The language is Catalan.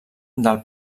del